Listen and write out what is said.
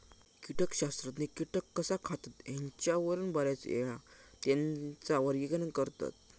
कीटकशास्त्रज्ञ कीटक कसा खातत ह्येच्यावरून बऱ्याचयेळा त्येंचा वर्गीकरण करतत